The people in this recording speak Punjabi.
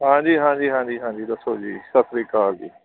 ਹਾਂਜੀ ਹਾਂਜੀ ਹਾਂਜੀ ਹਾਂਜੀ ਦੱਸੋ ਜੀ ਸਤਿ ਸ਼੍ਰੀ ਅਕਾਲ ਜੀ